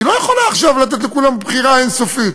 היא לא יכולה עכשיו לתת לכולם בחירה אין-סופית.